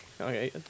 Okay